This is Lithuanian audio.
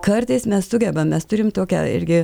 kartais mes sugebam mes turim tokią irgi